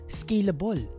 scalable